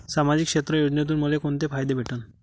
सामाजिक क्षेत्र योजनेतून मले कोंते फायदे भेटन?